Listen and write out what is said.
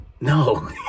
no